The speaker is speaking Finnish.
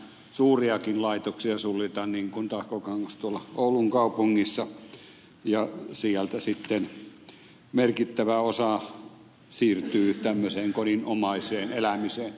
suuriakin laitoksia suljetaan niin kuin tahkokangas tuolla oulun kaupungissa ja niistä sitten merkittävä osa siirtyy tämmöiseen kodinomaiseen elämiseen